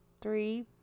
three